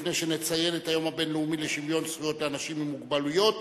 לפני שנציין את היום הבין-לאומי לשוויון זכויות לאנשים עם מוגבלויות,